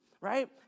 right